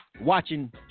watching